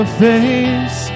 face